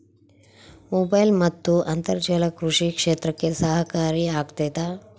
Mobile ಮತ್ತು ಅಂತರ್ಜಾಲ ಕೃಷಿ ಕ್ಷೇತ್ರಕ್ಕೆ ಸಹಕಾರಿ ಆಗ್ತೈತಾ?